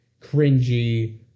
cringy